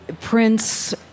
Prince